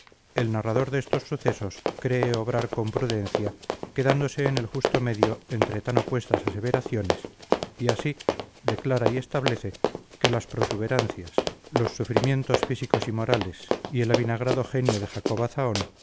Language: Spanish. el narrador de estos sucesos cree obrar con prudencia quedándose en el justo medio entre tan opuestas aseveraciones y así declara y establece que las protuberancias los sufrimientos físicos y morales y el avinagrado genio de jacoba zahón